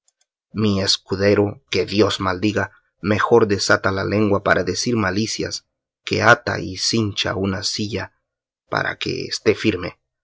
mi escudero que dios maldiga mejor desata la lengua para decir malicias que ata y cincha una silla para que esté firme